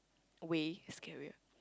way is scarier